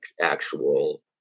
actual